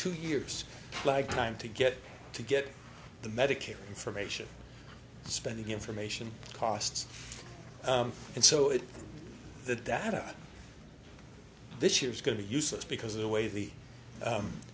two years like time to get to get the medicare information spending information costs and so the data this year is going to use us because of the way the